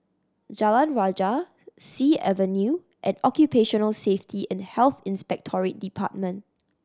Jalan Rajah Sea Avenue and Occupational Safety and Health Inspectorate Department